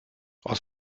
aus